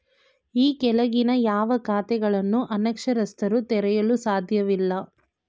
ಈ ಕೆಳಗಿನ ಯಾವ ಖಾತೆಗಳನ್ನು ಅನಕ್ಷರಸ್ಥರು ತೆರೆಯಲು ಸಾಧ್ಯವಿಲ್ಲ?